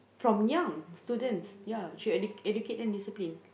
from young students ya should ed~ educate them discipline